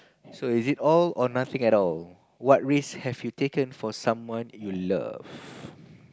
so is it all or nothing at all what risk have you taken for someone you love